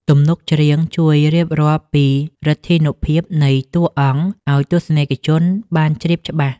ទំនុកច្រៀងជួយរៀបរាប់ពីឫទ្ធានុភាពនៃតួអង្គ ឱ្យទស្សនិកជនបានជ្រាបច្បាស់។